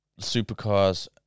supercars